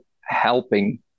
helping